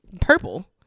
purple